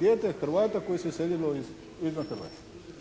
dijete Hrvata koje se iselilo izvan Hrvatske.